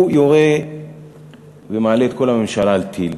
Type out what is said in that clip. הוא יורה ומעלה את כל הממשלה על טיל.